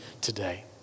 today